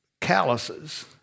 calluses